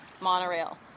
monorail